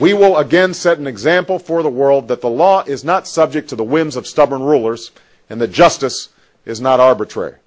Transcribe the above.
we will again set an example for the world that the law is not subject to the whims of stubborn rulers and that justice is not arbitrary